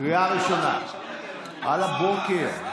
על הבוקר?